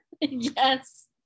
Yes